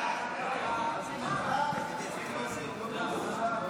ההצעה להעביר את הצעת חוק זאב